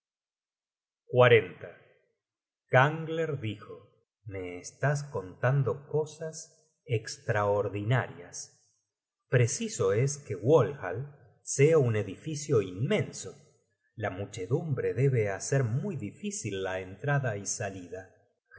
at gangler dijo me estás contando cosas estraordinarias preciso es que walhall sea un edificio inmenso la muchedumbre debe hacer muy difícil la entrada y salida